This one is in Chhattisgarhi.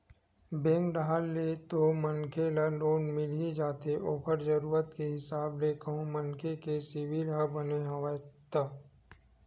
बेंक डाहर ले तो मनखे ल लोन मिल ही जाथे ओखर जरुरत के हिसाब ले कहूं मनखे के सिविल ह बने हवय ता